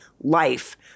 life